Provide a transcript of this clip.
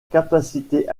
capacité